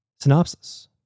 Synopsis